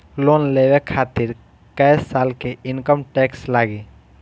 Loan लेवे खातिर कै साल के इनकम टैक्स लागी?